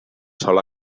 sol